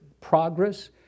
progress